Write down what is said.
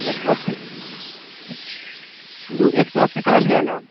एक सए अस्सी दू एक सए अस्सी कहलियह ने